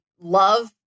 love